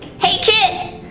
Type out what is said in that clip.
hey kid!